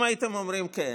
אם הייתם אומרים כן,